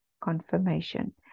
Confirmation